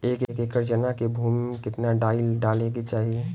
एक एकड़ चना के भूमि में कितना डाई डाले के चाही?